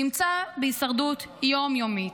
נמצא בהישרדות יום-יומית.